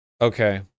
Okay